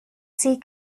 sea